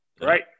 Right